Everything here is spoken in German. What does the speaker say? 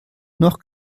noch